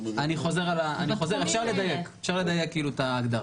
אני חוזר, אפשר לדייק את ההגדרה,